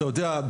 אתה יודע,